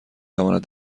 تواند